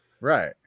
Right